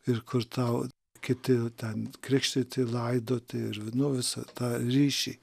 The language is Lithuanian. ir kur tau kiti ten krikštyti laidoti ir nu visą tą ryšį